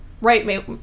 Right